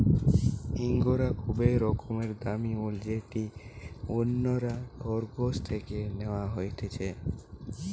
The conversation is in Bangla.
ইঙ্গরা খুবই রকমের দামি উল যেটি অন্যরা খরগোশ থেকে ন্যাওয়া হতিছে